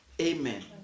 amen